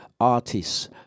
artists